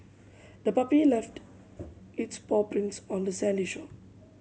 the puppy left its paw prints on the sandy shore